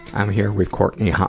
i'm here with courtenay